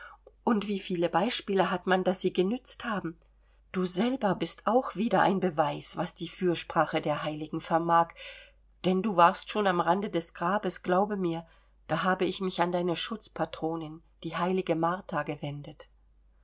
und wie viele beispiele hat man daß sie genützt haben du selber bist mir auch wieder ein beweis was die fürsprache der heiligen vermag denn du warst schon am rande des grabes glaube mir da habe ich mich an deine schutzpatronin die heilige martha gewendet